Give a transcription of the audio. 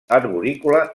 arborícola